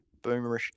boomerish